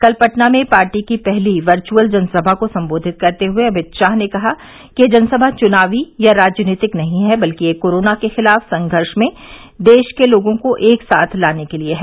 कल पटना में पार्टी की पहली वर्चअल जन सभा को संबोधित करते हुए अमित शाह ने कहा कि यह जनसभा चुनावी या राजनीतिक नहीं है बल्कि यह कोरोना के खिलाफ संघर्ष में देश के लोगों को एक साथ लाने के लिए है